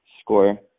score